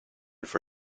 for